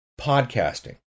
podcasting